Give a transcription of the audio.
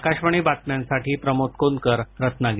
आकाशवाणी बातम्यांसाठी प्रमोद कोन्दकर रत्नागिरी